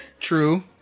True